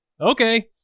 Okay